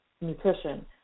nutrition